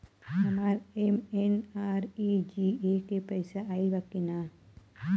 हमार एम.एन.आर.ई.जी.ए के पैसा आइल बा कि ना?